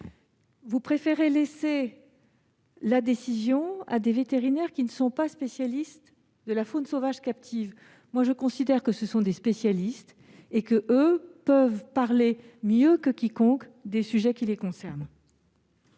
Vous préférez laisser la décision à des vétérinaires qui ne sont pas spécialistes de la faune sauvage captive ; pour ma part, je considère qu'ils peuvent parler mieux que quiconque des sujets qui les concernent.